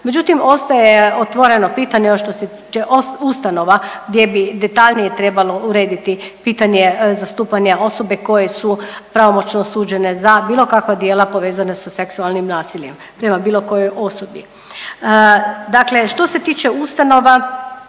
Međutim, ostaje otvoreno pitanje što se tiče ustanova gdje bi detaljnije trebalo urediti pitanje zastupanja osobe koje su pravomoćno osuđene za bilo kakva djela povezana sa seksualnim nasiljem prema bilo kojoj osudi. Dakle, što se tiče ustanova